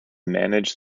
manage